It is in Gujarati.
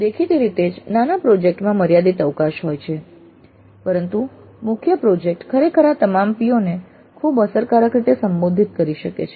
દેખીતી રીતે જ નાના પ્રોજેક્ટ્સ માં મર્યાદિત અવકાશ હોય છે પરંતુ મુખ્ય પ્રોજેક્ટ ખરેખર આ તમામ PO ને ખૂબ અસરકારક રીતે સંબોધિત કરી શકે છે